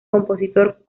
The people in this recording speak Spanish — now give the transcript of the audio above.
compositor